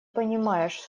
понимаешь